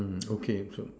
mm okay so